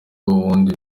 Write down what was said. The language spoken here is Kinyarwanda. ubundi